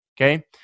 Okay